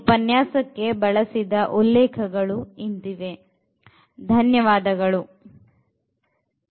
ಈ ಉಪನ್ಯಾಸಕ್ಕೆ ಬಳಸಿದ ಉಲ್ಲೇಖಗಳು ಇಂತಿವೆ ಧನ್ಯವಾದಗಳು